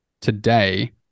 today